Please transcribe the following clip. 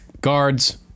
guards